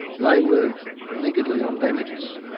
they were niggardly on damages,